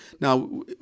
Now